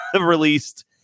released